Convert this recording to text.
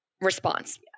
response